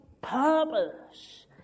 purpose